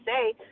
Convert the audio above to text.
say